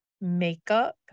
makeup